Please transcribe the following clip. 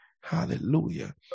Hallelujah